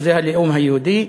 שזה הלאום היהודי.